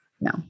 No